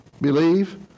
Believe